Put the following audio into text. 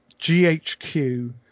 GHQ